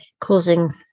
causing